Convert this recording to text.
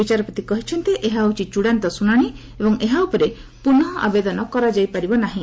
ବିଚାରପତି କହିଛନ୍ତି ଏହା ହେଉଛି ଚଡ଼ାନ୍ତ ଶ୍ରଣାଣି ଏବଂ ଏହା ଉପରେ ପୁନଃ ଆବେଦନ କରାଯାଇପାରିବ ନାହିଁ